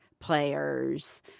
Players